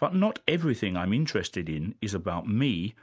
but not everything i'm interested in is about me,